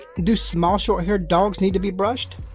do small short-haired dogs need to be brushed?